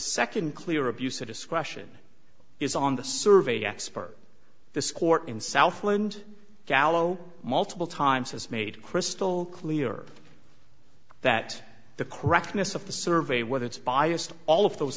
second clear abuse of discretion is on the survey expert this court in southland gallo multiple times has made crystal clear that the correctness of the survey whether it's biased all of those